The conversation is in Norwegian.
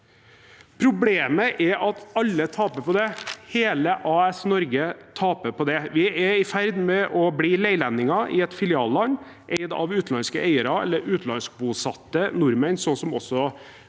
Problemet er at alle taper på det. Hele AS Norge taper på det. Vi er i ferd med å bli leilendinger i et filialland eid av utenlandske eiere, eller utenlands bosatte nordmenn, slik som også